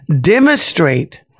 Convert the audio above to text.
demonstrate